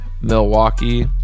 Milwaukee